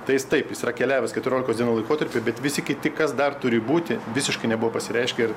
tai jis taip yra keliavęs keturiolikos dienų laikotarpiu bet visi kiti kas dar turi būti visiškai nebuvo pasireiškę ir